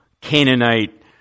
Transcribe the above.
Canaanite